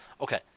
Okay